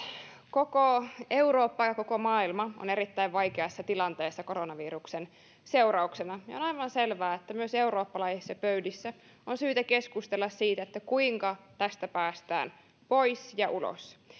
koko eurooppa ja koko maailma ovat erittäin vaikeassa tilanteessa koronaviruksen seurauksena ja on aivan selvää että myös eurooppalaisissa pöydissä on syytä keskustella siitä kuinka tästä päästään pois ja ulos